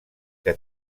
que